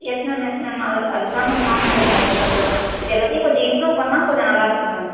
S ma'am yes ma'am அதை அது தான் மேம் நானும் சொல்கிறேன் இது கொஞ்சம் இது எல்லாத்தையும் கொஞ்சம் இம்ப்ரூவ் பண்ணால் கொஞ்சம் நல்லா இருக்கும் மேம்